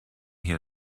hier